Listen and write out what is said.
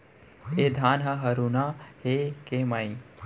ए धान ह हरूना हे के माई?